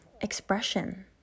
Expression